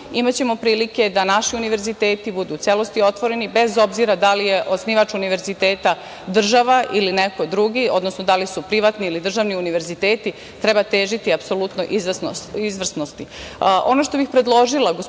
imaćemo prilike da naši univerziteti budu u celosti otvoreni bez obzira dali je osnivač Univerziteta država ili neko drugi, odnosno dali su privatni ili državni univerziteti treba težiti, apsolutno izvrsnosti. Ono